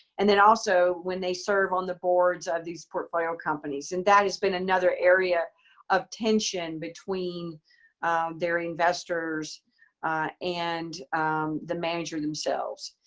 and then also when they serve on the boards of these portfolio companies. and that has been another area of tension between their investors and the manager themselves.